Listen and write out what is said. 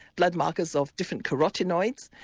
blood markers of different carotinoids.